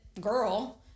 girl